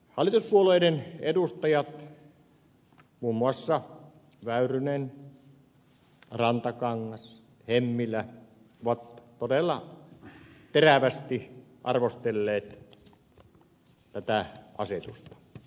hallituspuolueiden edustajat muun muassa väyrynen rantakangas hemmilä ovat todella terävästi arvostelleet tätä asetusta